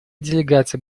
делегация